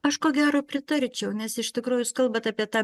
aš ko gero pritarčiau nes iš tikro jūs kalbat apie tą